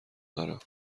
دارم